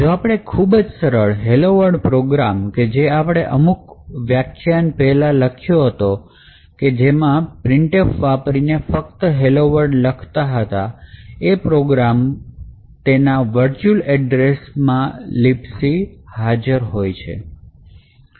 જો આપણે ખૂબ જ સરળ hello world program કે જે આપણે અમુક વ્યાખ્યાન પહેલાં લખ્યો હતો કે જે printf વાપરીને ફક્ત હેલો words લખતો હતો એ પ્રોગ્રામમાં પણ તેના વર્ચ્યુલ એડ્રેસ માં libc હાજર છે